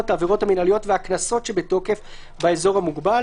המנהליות והקנסות שבתוקף באזור המוגבל.